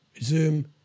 zoom